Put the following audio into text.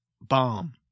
bomb